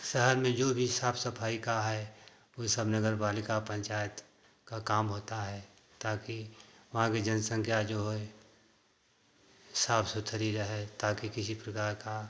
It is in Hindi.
शहर में जो भी साफ सफाई का है उ सब नगरपालिका पंचायत का काम होता है ताकि वहाँ कि जनसंख्या जो है साफ सुथरी रहे ताकि किसी प्रकार का